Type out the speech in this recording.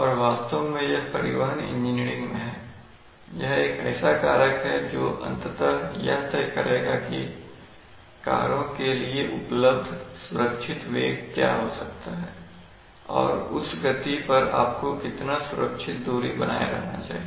और वास्तव में यह परिवहन इंजीनियरिंग में है यह एक ऐसा कारक है जो अंततः यह तय करेगा कि कारों के लिए उपलब्ध सुरक्षित वेग क्या हो सकता है और उस गति पर उनको कितना सुरक्षित दूरी बनाए रहना चाहिए